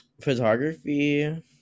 photography